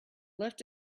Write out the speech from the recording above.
left